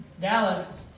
Dallas